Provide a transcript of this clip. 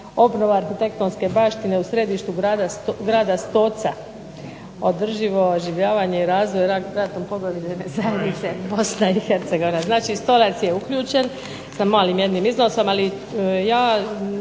obnova arhitektonske baštine u središtu grada Stoca, održivo oživljavanje i razvoj ratom pogođene zajednice BiH. znači Stolac je uključen sa jednim malim iznosom. Ali ja